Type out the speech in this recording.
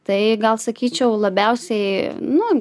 tai gal sakyčiau labiausiai nu